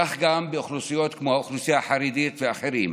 וכך גם באוכלוסיות כמו האוכלוסייה החרדית ואחרות.